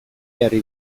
jarri